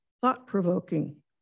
thought-provoking